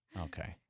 Okay